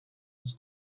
its